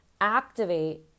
activate